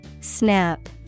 Snap